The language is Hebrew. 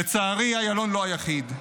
לצערי אילון לא היחיד,